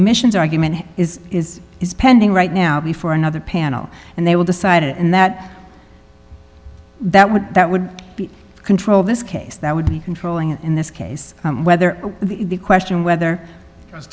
emissions argument is is is pending right now before another panel and they will decide it and that that would that would control this case that would be controlling it in this case whether the question whether